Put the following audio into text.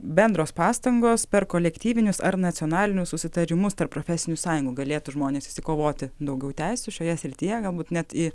bendros pastangos per kolektyvinius ar nacionalinius susitarimus tarp profesinių sąjungų galėtų žmonės išsikovoti daugiau teisių šioje srityje galbūt net į